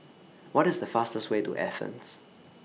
What IS The fastest Way to Athens